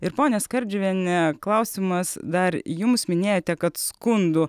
ir ponia skardžiuviene klausimas dar jums minėjote kad skundų